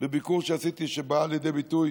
בביקור שעשיתי, שבאה לידי ביטוי